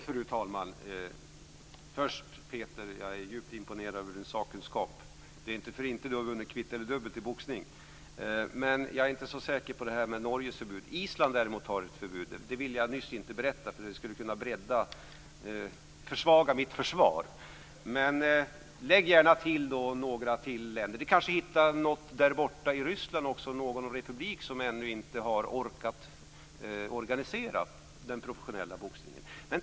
Fru talman! Jag är djupt imponerad över Peter Pedersens sakkunskap. Det är inte för inte han har vunnit kvitt eller dubbelt i boxning. Jag är inte så säker på det här med Norges förbud. Island däremot har ett förbud; det ville jag nyss inte berätta för det skulle kunna försvaga mitt försvar. Men lägg gärna till några länder. Vi kanske hittar någon republik i Ryssland som ännu inte har orkat organisera den professionella boxningen.